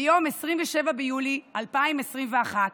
ביום 27 ביולי 2021,